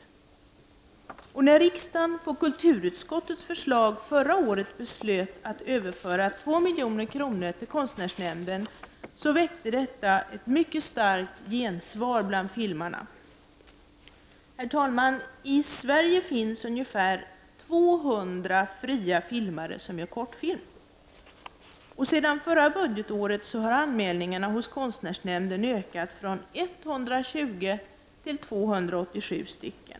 När riksdagen på kulturutskottets förslag förra året beslöt att överföra 2 milj.kr. till konstnärsnämnden väckte detta mycket starkt gensvar bland filmarna. Herr talman! I Sverige finns ungefär 200 fria filmare som gör kortfilm. Sedan förra budgetåret har anmälningarna hos konstnärsnämnden ökat från 120 till 287.